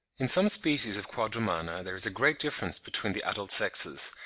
in some species of quadrumana there is a great difference between the adult sexes,